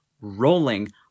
rolling